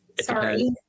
Sorry